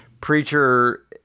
Preacher